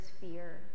fear